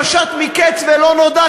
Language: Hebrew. והבית היהודי, זה בית בלי גג, לא שומעים,